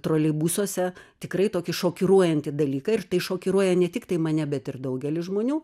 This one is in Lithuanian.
troleibusuose tikrai tokį šokiruojantį dalyką ir tai šokiruoja ne tiktai mane bet ir daugelį žmonių